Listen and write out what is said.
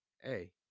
hey